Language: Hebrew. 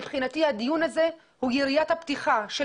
מבחינתי הדיון הזה הוא יריית הפתיחה של